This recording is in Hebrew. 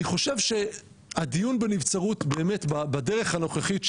אני חושב שהדיון בנבצרות באמת בדרך הנוכחית,